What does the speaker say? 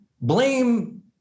blame